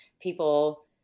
people